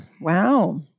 Wow